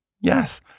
Yes